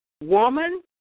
woman